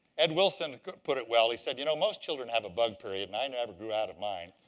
ed wilson put it well. he said, you know most children have a bug period, and i never grew out of mine.